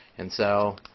and so